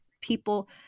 people